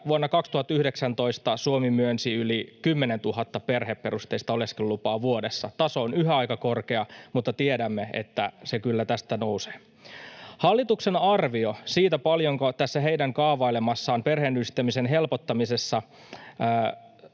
vuonna 2019 Suomi myönsi yli 10 000 perheperusteista oleskelulupaa vuodessa. Taso on yhä aika korkea, mutta tiedämme, että se kyllä tästä nousee. Hallituksen arvio siitä, paljonko tässä heidän kaavailemassaan perheenyhdistämisen helpottamisessa